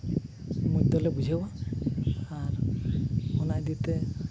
ᱢᱚᱡᱽ ᱫᱚᱞᱮ ᱵᱩᱡᱷᱟᱹᱣᱟ ᱟᱨ ᱚᱱᱟ ᱤᱫᱤᱛᱮ